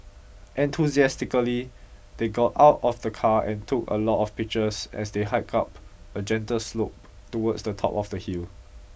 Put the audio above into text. enthusiastically they got out of the car and took a lot of pictures as they hike up a gentle slope towards the top of the hill